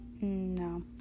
no